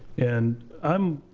and i'm,